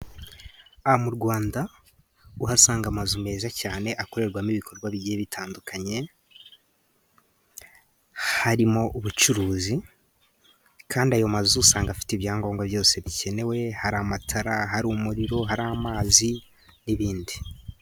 Mu Rwanda, uhasanga amazu meza cyane akorerwamo ibikorwa bigiye bitandukanye, harimo ubucuruzi. Kandi ayo mazu usanga afite ibyangombwa byose bikenewe: hari amatara, hari umuriro, hari amazi n’ibindi.